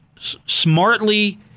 Smartly